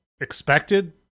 expected